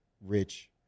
rich